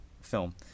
film